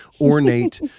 ornate